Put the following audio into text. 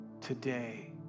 Today